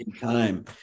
time